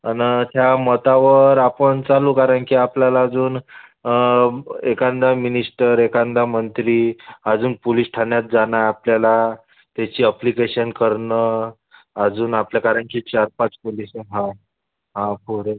आणि त्या मतावर आपण चालू कारण की आपल्याला अजून एखादा मिनिस्टर एखादा मंत्री अजून पुलीस ठाण्यात जाणं आपल्याला त्याची अप्लिकेशन करणं अजून आपल्या कारण की चार पाच पोलिसं हो हां पोरं